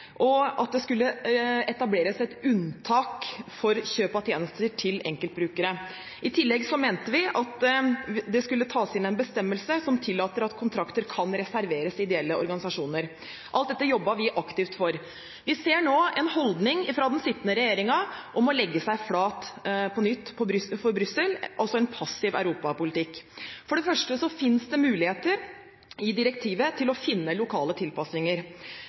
og at det skulle etableres et unntak for kjøp av tjenester til enkeltbrukere. I tillegg mente vi at det skulle tas inn en bestemmelse som tillater at kontrakter kan reserveres for ideelle organisasjoner. Alt dette jobbet vi aktivt for. Vi ser nå en holdning hos den sittende regjeringen om å legge seg flat på nytt for Brussel – altså en passiv europapolitikk. For det første finnes det muligheter i direktivet til å finne lokale tilpasninger.